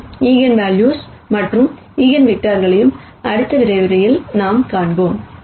மேலும் ஈஜென்வெல்யூஸ் மற்றும் ஈஜென் வெக்டார்களையும் அடுத்த விரிவுரையில் நாம் காண்போம்